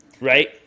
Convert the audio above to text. right